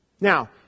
Now